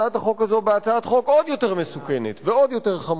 הזה ולשים אותו בידי חברות שינהלו לנו גם את